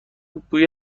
بوی